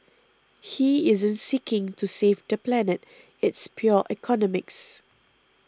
he isn't seeking to save the planet it's pure economics